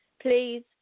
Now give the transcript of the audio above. please